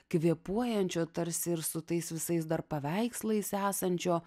kvėpuojančio tarsi ir su tais visais dar paveikslais esančio